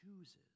chooses